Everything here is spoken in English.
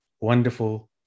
wonderful